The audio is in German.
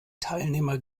teilnehmer